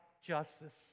justice